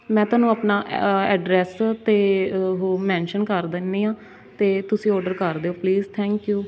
ਮੈਂ ਤੁਹਾਨੂੰ ਆਪਣਾ ਐ ਐਡਰੈੱਸ ਅਤੇ ਉਹ ਮੈਨਸ਼ਨ ਕਰ ਦਿੰਦੀ ਹਾਂ ਅਤੇ ਤੁਸੀਂ ਔਡਰ ਕਰ ਦਿਓ ਪਲੀਸ ਥੈਂਕ ਯੂ